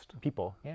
people